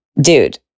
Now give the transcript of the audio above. dude